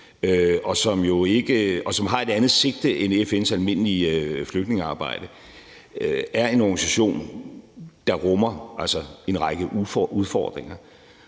og som har et andet sigte end FN's almindelige flygtningearbejde, er en organisation, der rummer en række udfordringer,